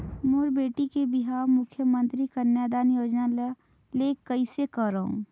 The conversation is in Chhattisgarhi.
मोर बेटी के बिहाव मुख्यमंतरी कन्यादान योजना ले कइसे करव?